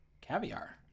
Caviar